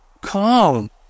calm